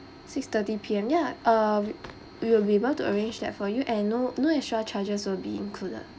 six thirty P_M yeah uh we will be able to arrange that for you and no no extra charges will be included